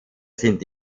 sind